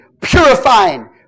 purifying